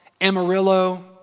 Amarillo